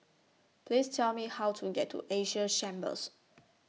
Please Tell Me How to get to Asia Chambers